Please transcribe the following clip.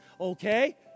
Okay